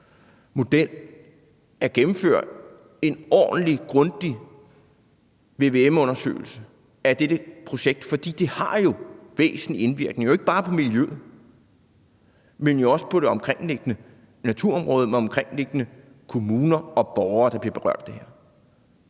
model at gennemføre en ordentlig, grundig vvm-undersøgelse af dette projekt. For det har jo væsentlig indvirkning, ikke bare på miljøet, men jo også på det omkringliggende naturområde, de omkringliggende kommuner og borgere, der bliver berørt